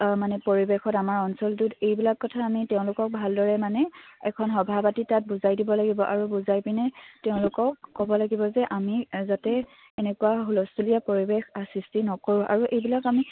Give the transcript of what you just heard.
মানে পৰিৱেশত আমাৰ অঞ্চলটোত এইবিলাক কথা আমি তেওঁলোকক ভালদৰে মানে এখন সভা পাতি তাত বুজাই দিব লাগিব আৰু বুজাই পিনে তেওঁলোকক ক'ব লাগিব যে আমি যাতে এনেকুৱা হুলস্থুলীয়া পৰিৱেশ সৃষ্টি নকৰোঁ আৰু এইবিলাক আমি